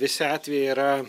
visi atvejai yra